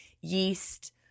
yeast